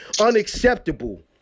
unacceptable